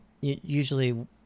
usually